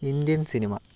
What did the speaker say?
Indian cinema